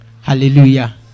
hallelujah